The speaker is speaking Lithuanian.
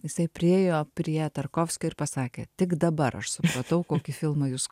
jisai priėjo prie tarkovskio ir pasakė tik dabar aš supratau kokį filmą jūs